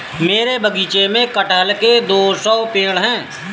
मेरे बगीचे में कठहल के दो सौ पेड़ है